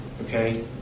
Okay